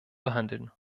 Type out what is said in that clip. behandeln